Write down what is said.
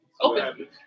open